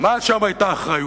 מה שם היתה אחריותנו?